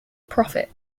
profit